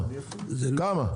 200,